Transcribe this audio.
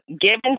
given